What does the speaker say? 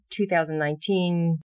2019